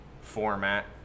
format